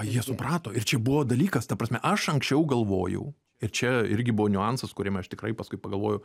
jie suprato ir čia buvo dalykas ta prasme aš anksčiau galvojau ir čia irgi buvo niuansas aš tikrai paskui pagalvojau